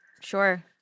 Sure